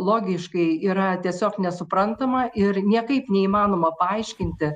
logiškai yra tiesiog nesuprantama ir niekaip neįmanoma paaiškinti